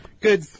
Good